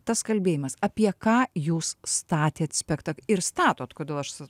tas kalbėjimas apie ką jūs statėt spektak ir statot